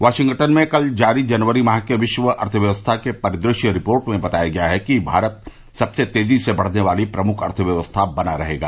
Washington में कल जारी जनवरी माह के विश्व अर्थव्यवस्था के परिदृश्य रिपोर्ट में बताया गया है कि भारत सबसे तेजी से बढ़ने वाली प्रमुख अर्थव्यवस्था बना रहेगा